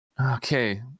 Okay